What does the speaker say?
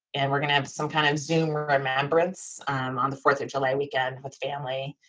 and we're going to have some kind of zoomer remembrance on the fourth of july weekend with family,